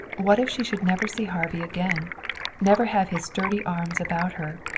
what if she should never see harvey again never have his sturdy arms about her?